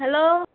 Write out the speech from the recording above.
hello